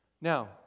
Now